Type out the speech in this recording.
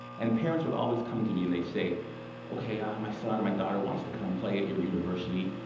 and parents would always come to me and they'd say okay, ah my son or my daughter wants to come play at your university,